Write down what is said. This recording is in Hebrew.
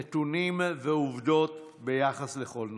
עם נתונים ועובדות ביחס לכל נושא.